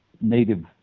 native